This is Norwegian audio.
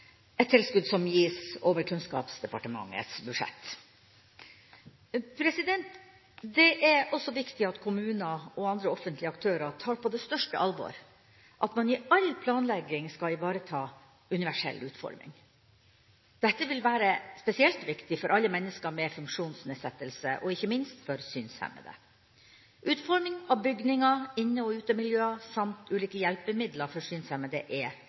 et tilskudd som gis over Kunnskapsdepartementets budsjett. Det er også viktig at kommuner og andre offentlige aktører tar på det største alvor at man i all planlegging skal ivareta universell utforming. Dette vil være spesielt viktig for alle mennesker med funksjonsnedsettelse, ikke minst for synshemmede. Utforming av bygninger, inne- og utemiljøer samt ulike hjelpemidler for synshemmede er